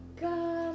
god